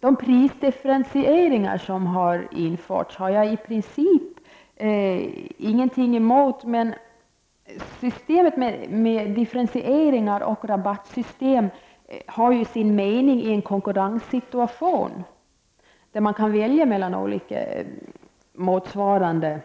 Den prisdifferentiering som har införts har jag i princip ingenting emot, men systemet med differentieringar och rabattsystem har sin mening i en konkurrenssituation, där man kan välja mellan olika motsvarande